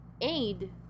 aid